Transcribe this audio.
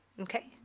Okay